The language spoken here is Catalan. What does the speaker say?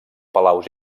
palaus